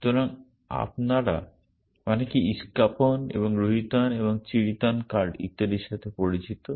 সুতরাং আপনারা অনেকে ইশ্কাপন্ এবং রুহিতন এবং চিরিতন কার্ড ইত্যাদির সঙ্গে পরিচিত